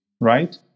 right